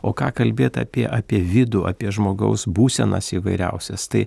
o ką kalbėt apie apie vidų apie žmogaus būsenas įvairiausias tai